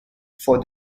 for